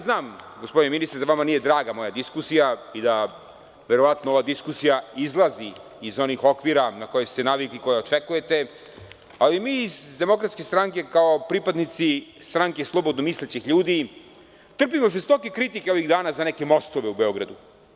Znam, gospodine ministre, da vama nije draga moja diskusija i da verovatno ova diskusija izlazi iz onih okvira na koje ste navikli, koje očekujete, ali mi iz DS kao pripadnici stranke slobodnomislećih ljudi trpimo žestoke kritike ovih dana za neke mostove u Beogradu.